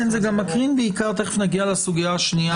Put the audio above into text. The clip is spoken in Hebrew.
זה גם מקרין לסוגיה השנייה שתכף נגיע אליה,